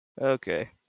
Okay